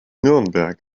nürnberg